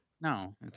No